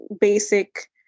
basic